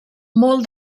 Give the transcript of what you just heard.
molt